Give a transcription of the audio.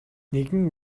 нэгэн